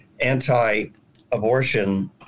anti-abortion